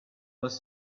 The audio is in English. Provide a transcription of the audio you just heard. was